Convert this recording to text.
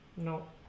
no